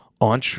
on